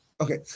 Okay